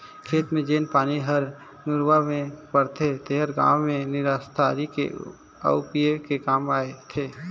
खेत के जेन पानी हर नरूवा में बहथे तेहर गांव में निस्तारी के आउ पिए के काम आथे